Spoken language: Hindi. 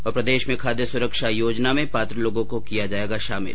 ्र प्रदेश में खाद्य सुरक्षा योजना में पात्र लोगो को किया जायेगा शामिल